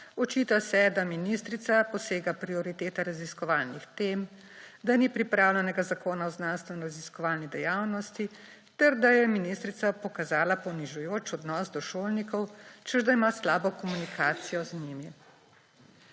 očita se, da ministrica posega v prioritete raziskovalnih tem, da ni pripravljenega Zakona o znanstvenoraziskovalni dejavnosti ter da je ministrica pokazala ponižujoč odnos do šolnikov, češ da ima slabo komunikacijo z njimi.